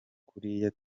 kuriya